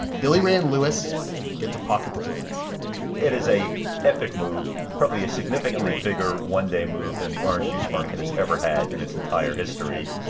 billy ray and louis get to pocket the difference it is a epic move, probably a significantly bigger one-day move than the orange juice market has ever had in its entire history.